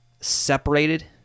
separated